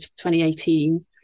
2018